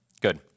Good